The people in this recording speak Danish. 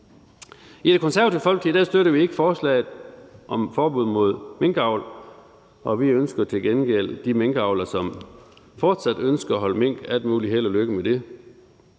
I Det Konservative Folkeparti støtter vi ikke forslaget om forbud mod minkavl. Vi ønsker til gengæld de minkavlere, som fortsat ønsker at holde mink, al mulig held og lykke med det.